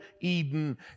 Eden